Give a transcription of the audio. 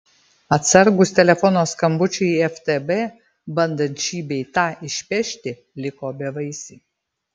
atsargūs telefono skambučiai į ftb bandant šį bei tą išpešti liko bevaisiai